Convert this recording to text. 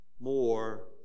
more